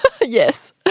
Yes